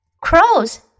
Crows